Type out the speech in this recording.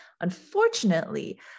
Unfortunately